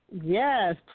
Yes